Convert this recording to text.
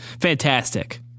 fantastic